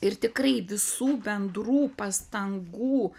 ir tikrai visų bendrų pastangų